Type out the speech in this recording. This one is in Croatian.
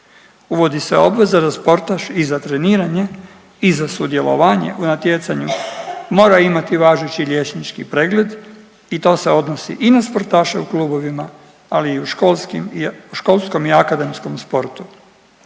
uvodi se obveza da sportaš i za treniranje i za sudjelovanje u natjecanju mora imati važeći liječnički pregled i to se odnosi i na sportaše u klubovima, ali i u školskom i akademskom sportu.